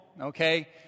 okay